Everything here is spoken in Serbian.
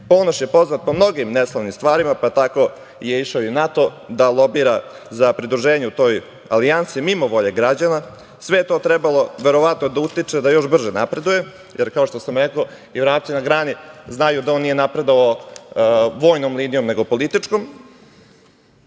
temu. Ponoš je poznat po mnogim neslavnim stvarima, pa tako je išao i u NATO da lobira za pridruženje toj alijansi mimo volje građana. Sve je to trebalo verovatno da utiče da još brže napreduje, jer, kao što sam rekao, i vrapci na grani znaju da on nije napredovao vojnom linijom, nego političkom. Takođe,